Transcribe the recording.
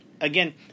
Again